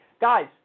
Guys